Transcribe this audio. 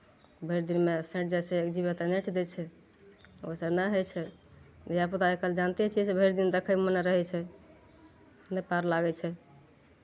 भरि दिनमे सठि जाइ छै एक जी बी तऽ नेट दै छै ओहिसँ नहि होइ छै धियापुताकेँ आइ काल्हि जानिते छियै से भरि दिन देखय मोने रहै छै नहि पार लागै छै